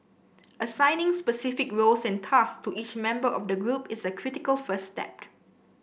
assigning specific roles and tasks to each member of the group is a critical first step